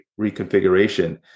reconfiguration